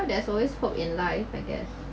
there's always hope in life I guess